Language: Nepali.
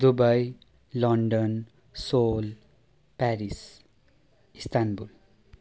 Dubai London Seoul Paris Istanbul